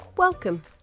Welcome